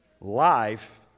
Life